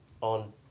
on